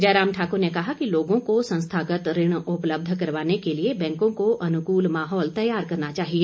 जयराम ठाकुर ने कहा कि लोगों को संस्थागत ऋण उपलब्ध करवाने के लिए बैंकों को अनुकूल माहौल तैयार करना चाहिए